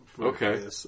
Okay